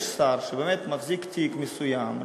יש שר שבאמת מחזיק תיק מסוים,